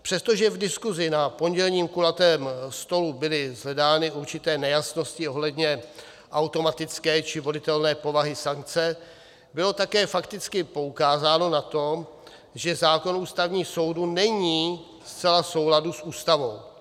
Přestože v diskuzi na pondělním kulatém stolu byly shledány určité nejasnosti ohledně automatické či volitelné povahy sankce, bylo také fakticky poukázáno na to, že zákon o Ústavním soudu není zcela v souladu s Ústavou.